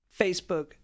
Facebook